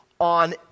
on